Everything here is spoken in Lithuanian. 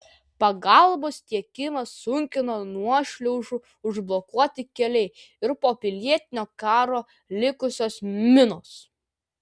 pagalbos tiekimą sunkina nuošliaužų užblokuoti keliai ir po pilietinio karo likusios minos